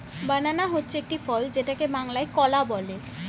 বানানা হচ্ছে একটি ফল যেটাকে বাংলায় কলা বলে